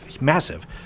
Massive